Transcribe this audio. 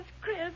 Chris